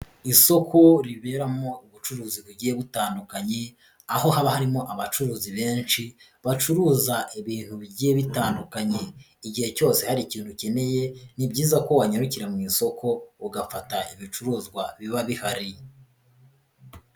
Isoko riberamo ubucuruzi bugiye butandukanye, aho haba harimo abacuruzi benshi, bacuruza ibintu bigiye bitandukanye, igihe cyose hari ikintu ukeneye, ni byiza ko wanyarukira mu isoko, ugafata ibicuruzwa biba bihari.